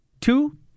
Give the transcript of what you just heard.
two